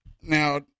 Now